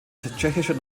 tschechischer